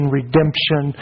redemption